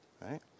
right